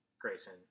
Grayson